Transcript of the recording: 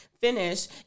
finish